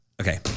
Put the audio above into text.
Okay